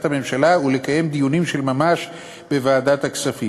הממשלה ולקיים דיונים של ממש בוועדת הכספים.